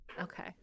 Okay